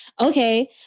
okay